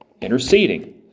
Interceding